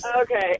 Okay